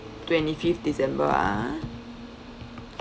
twenty fifth december ah